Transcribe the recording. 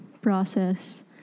process